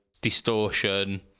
distortion